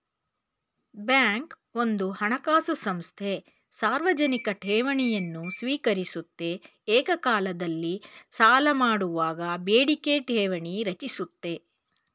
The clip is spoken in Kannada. ಬ್ಯಾಂಕ್ ಒಂದು ಹಣಕಾಸು ಸಂಸ್ಥೆ ಸಾರ್ವಜನಿಕ ಠೇವಣಿಯನ್ನು ಸ್ವೀಕರಿಸುತ್ತೆ ಏಕಕಾಲದಲ್ಲಿ ಸಾಲಮಾಡುವಾಗ ಬೇಡಿಕೆ ಠೇವಣಿ ರಚಿಸುತ್ತೆ